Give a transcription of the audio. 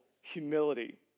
humility